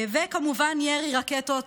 וכמובן, ירי רקטות,